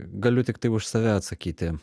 galiu tiktai už save atsakyti